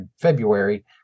February